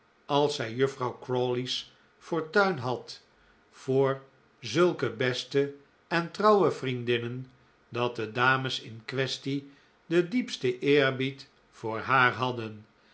als zij juffrouw crawley's fortuin had voor zulke beste en trouwe vriendinnen dat de dames in quaestie den diepsten eerbied voor haar hadden